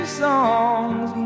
songs